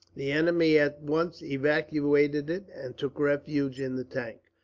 the enemy at once evacuated it, and took refuge in the tank,